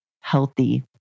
healthy